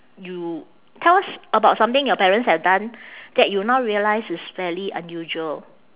you tell us about something your parents have done that you now realise is fairly unusual